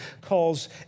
calls